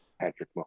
Patrick